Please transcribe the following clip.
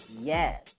Yes